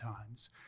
times